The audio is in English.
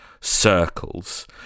circles